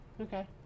okay